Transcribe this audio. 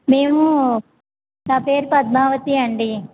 మేము నా పేరు పద్మావతి అండి